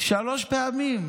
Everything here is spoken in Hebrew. שלוש פעמים.